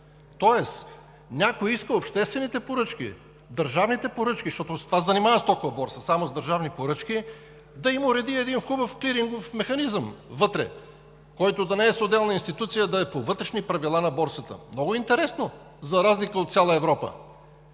Тоест някой иска обществените поръчки, държавните поръчки, защото с това се занимава стоковата борса – само с държавни поръчки, да им уреди един хубав клирингов механизъм вътре, който да не е с отделна институция, а да е по вътрешни правила на борсата. Много интересно, за разлика от цяла Европа.